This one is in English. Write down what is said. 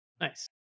Nice